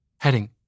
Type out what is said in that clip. Heading